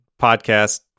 podcast